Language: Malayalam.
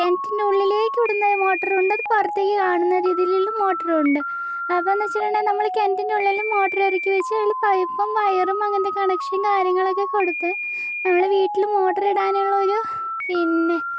കിണറ്റിൻ്റെ ഉള്ളിലേക്ക് വിടുന്ന മോട്ടർ ഉണ്ട് പുറത്തേക്ക് കാണുന്ന രീതില് മോട്ടർ ഉണ്ട് അപ്പം എന്ന് വെച്ചിട്ടുണ്ടെങ്കിൽ നമ്മള് കി ണറ്റിൻ്റെ ഉള്ളില് മോട്ടറ് ഇറക്കി വച്ച് അതില് പൈപ്പും വയറും അങ്ങനത്തെ കണക്ഷൻ കാര്യങ്ങളൊക്കെ കൊടുത്ത് നമ്മള് വീട്ടില് മോട്ടറിടാനുള്ള ഒരു പിന്നെ